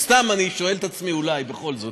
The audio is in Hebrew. סתם אני שואל את זה עצמי, אולי בכל זאת.